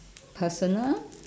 personal